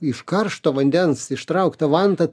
iš karšto vandens ištraukta vanta